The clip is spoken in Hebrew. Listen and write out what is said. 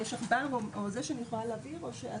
במגזר הערבי והדרוזי יש נוהל באמת מיוחד ונפרד,